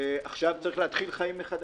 ועכשיו צריך להתחיל חיים מחדש.